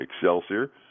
Excelsior